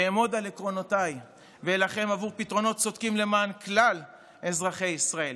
אעמוד על עקרונותיי ואילחם עבור פתרונות צודקים למען כלל אזרחי ישראל.